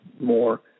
more